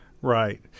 Right